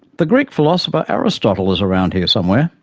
the greek philosopher aristotle is around here somewhere,